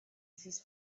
his